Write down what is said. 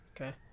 Okay